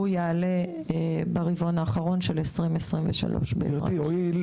אנחנו נתמוך את התהליך הזה בסקרי שביעות רצון,